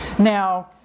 Now